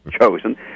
chosen